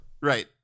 Right